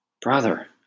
brother